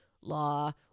law